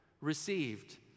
received